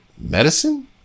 medicine